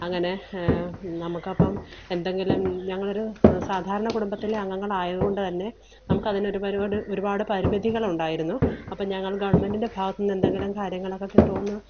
അങ്ങനെ നമുക്കപ്പം എന്തെങ്കിലും ഞങ്ങളൊരു സാധാരണ കുടുംബത്തിലെ അംഗങ്ങളായതുകൊണ്ട് തന്നെ നമ്മക്കതിനൊരു ഒരുപാട് പരിമിതികളുണ്ടായിരുന്നു അപ്പം ഞങ്ങള് ഗവണ്മെന്റിന്റെ ഭാഗത്തുനിന്ന് എന്തെങ്കിലും കാര്യങ്ങളൊക്കെ കിട്ടുമോയെന്ന്